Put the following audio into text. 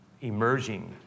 emerging